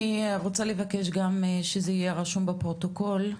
אני רוצה לבקש גם שזה יהיה רשום בפרוטוקול,